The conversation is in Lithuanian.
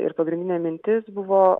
ir pagrindinė mintis buvo